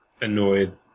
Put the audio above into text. annoyed